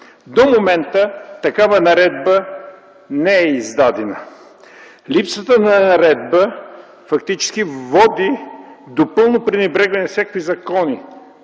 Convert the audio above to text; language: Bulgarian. До момента такава наредба не е издадена. Липсата на наредба фактически води до пълно пренебрегване на всякакви закони